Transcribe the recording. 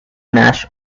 nash